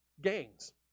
gangs